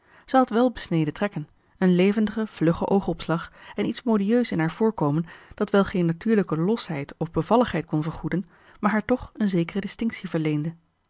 had welbesneden trekken een levendigen vluggen oogopslag en iets modieus in haar voorkomen dat wel geen natuurlijke losheid of bevalligheid kon vergoeden maar haar toch een zekere distinctie verleende